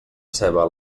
ceba